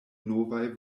novaj